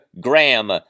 Graham